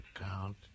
account